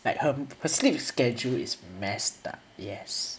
like her her sleep schedule is messed up yes